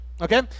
Okay